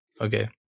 Okay